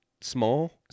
small